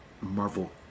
Marvel